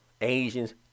Asians